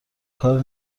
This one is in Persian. کار